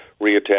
reattach